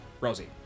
Rosie